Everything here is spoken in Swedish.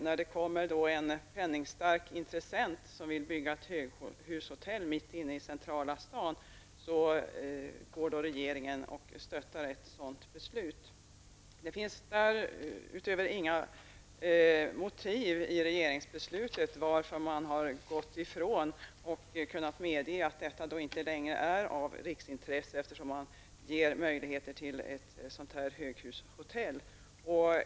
Nu vill en penningstark intressent bygga ett höghushotell mitt i centrala staden, och detta har regeringen genom sitt beslut stöttat. Det finns inga motiv i regeringsbeslutet till varför man har gått ifrån stadsplanen. Området är tydligen inte längre av riksintresse, då man tillåter byggandet av detta höghushotell.